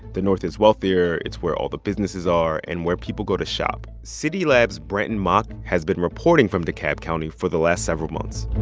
the north is wealthier. it's where all the businesses are and where people go to shop. citylab's brentin mock has been reporting from dekalb county for the last several months